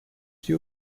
you